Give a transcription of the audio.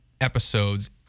episodes